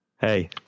hey